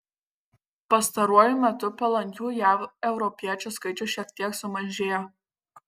pastaruoju metu palankių jav europiečių skaičius šiek tiek sumažėjo